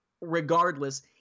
regardless